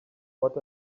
what